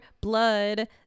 Blood